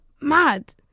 mad